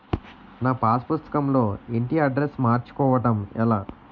నా పాస్ పుస్తకం లో ఇంటి అడ్రెస్స్ మార్చుకోవటం ఎలా?